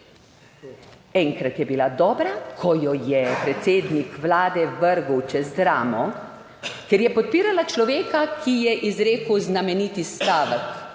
Enkrat je bila dobra, ko jo je predsednik vlade vrgel čez ramo, ker je podpirala človeka, ki je izrekel znameniti stavek,